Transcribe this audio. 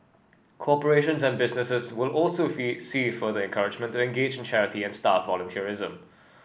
corporations and businesses will also see further encouragement to engage in charity and staff volunteerism